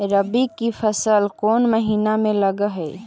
रबी की फसल कोन महिना में लग है?